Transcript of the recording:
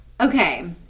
Okay